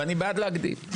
ואני בעד להגדיל.